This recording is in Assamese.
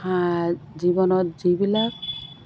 জীৱনত যিবিলাক